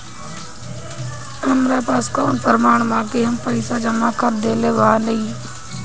हमरा पास कौन प्रमाण बा कि हम पईसा जमा कर देली बारी?